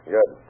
Good